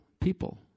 people